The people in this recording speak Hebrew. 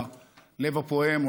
ללב הפועם,